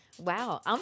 Wow